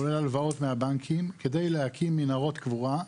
כולל הלוואות מהבנקים כדי להקים מנהרות קבורה,